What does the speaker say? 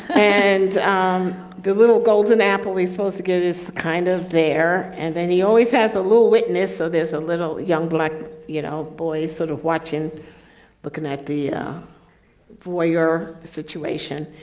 and um the little golden apple is supposed to get his kind of there and then he always has a little witness so there's a little young black, you know, boys sort of watching but connect the warrior situation.